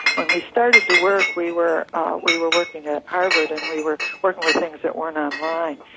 when we started to work, we were we were working at harvard and we were working with things that weren't online,